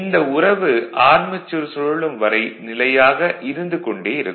இந்த உறவு ஆர்மெச்சூர் சுழலும் வரை நிலையாக இருந்து கொண்டே இருக்கும்